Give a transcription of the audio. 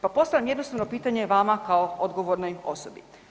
Pa postavljam jednostavno pitanje vama kao odgovornoj osobi.